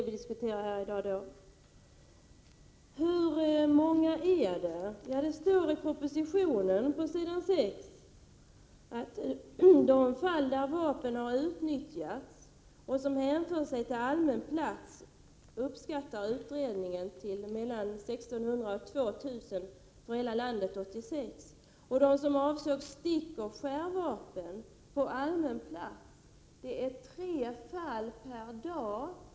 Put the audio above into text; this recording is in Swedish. Vilken omfattning rör det sig om? I propositionen, s. 6, står det bl.a.: ”De fall där vapen har utnyttjats och som hänför sig till allmän plats uppskattar utredningen till 1 600-2 000 för hela landet år 1986.” De fall som avser stickoch skärvapen på allmän plats är 3 per dag.